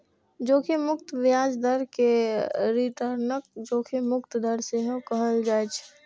जोखिम मुक्त ब्याज दर कें रिटर्नक जोखिम मुक्त दर सेहो कहल जाइ छै